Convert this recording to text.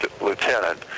lieutenant